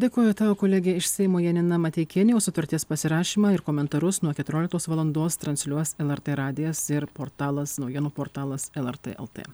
dėkoju tau kolegė iš seimo janina mateikienė o sutarties pasirašymą ir komentarus nuo keturioliktos valandos transliuos lrt radijas ir portalas naujienų portalas lrt lt